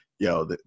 Yo